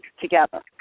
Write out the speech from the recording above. together